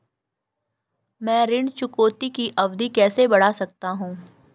मैं ऋण चुकौती की अवधि कैसे बढ़ा सकता हूं?